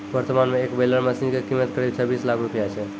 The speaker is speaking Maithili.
वर्तमान मॅ एक बेलर मशीन के कीमत करीब छब्बीस लाख रूपया छै